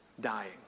dying